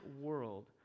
world